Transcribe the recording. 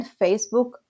Facebook